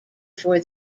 before